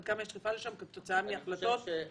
עד כמה יש דחיפה לשם כתוצאה מהחלטות שמתקבלות.